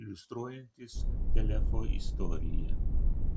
iliustruojantis telefo istoriją